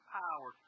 power